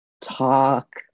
talk